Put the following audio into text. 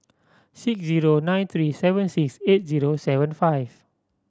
six zero nine three seven six eight zero seven five